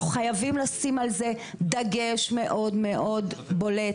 אנחנו חייבים לשים על זה דגש מאוד מאוד בולט,